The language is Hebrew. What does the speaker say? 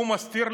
הוא מסתיר,